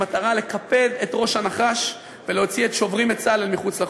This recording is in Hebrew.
במטרה לקפד את ראש הנחש ולהוציא את "שוברים את צה"ל" אל מחוץ לחוק.